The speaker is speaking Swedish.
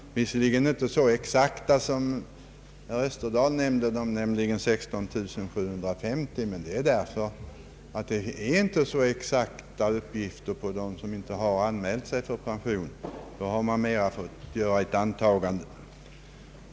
De är visserligen inte så exakta som den herr Österdahl anförde, näm ligen 16 750, men detta beror på att det inte finns så exakta uppgifter på dem som inte har anmält sig för pension. Man har mera fått göra ett antagande.